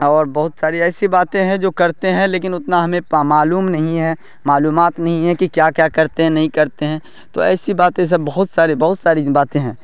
اور بہت ساری ایسی باتیں ہیں جو کرتے ہیں لیکن اتنا ہمیں پا معلوم نہیں ہے معلومات نہیں ہے کہ کیا کیا کرتے ہیں نہیں کرتے ہیں تو ایسی باتیں سب بہت ساری بہت ساری باتیں ہیں